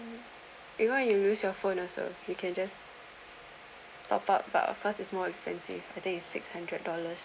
even if you lose your phone also you can just top up but of course is more expensive I think is six hundred dollars